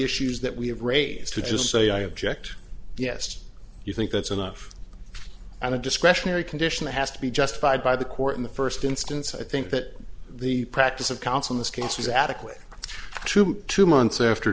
issues that we have raised to just say i object yes you think that's enough and a discretionary condition has to be justified by the court in the first instance i think that the practice of counsel this case was adequate to two months after